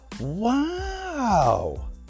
wow